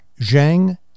Zhang